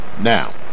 now